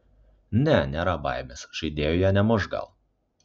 ne nėra baimės žaidėjų jie nemuš gal